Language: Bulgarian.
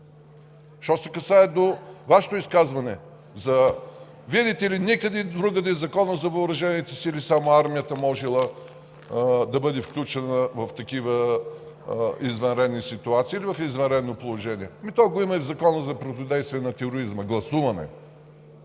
Що се касае до Вашето изказване, видите ли, никъде другаде, само в Закона за въоръжените сили армията можела да бъде включена в такива извънредни ситуации или в извънредно положение. Има го и в Закона за противодействие на тероризма – гласуван е.